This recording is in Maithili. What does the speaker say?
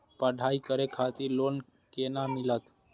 पढ़ाई करे खातिर लोन केना मिलत?